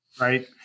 Right